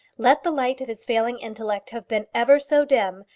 let the light of his failing intellect have been ever so dim,